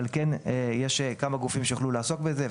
אבל כן יש כמה גופים שיוכלו לעסוק בזה.